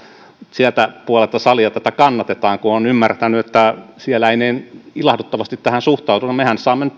siltä puolelta salia tätä kannatetaan kun olen ymmärtänyt että siellä ei niin ilahduttavasti tähän suhtauduta mehän saamme nyt